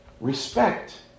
respect